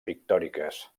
pictòriques